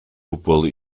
gwbl